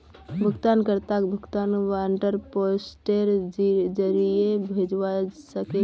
भुगतान कर्ताक भुगतान वारन्ट पोस्टेर जरीये भेजवा सके छी